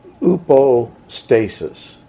upostasis